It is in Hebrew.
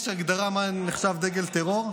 יש הגדרה מה נחשב דגל טרור.